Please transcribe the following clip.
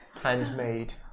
handmade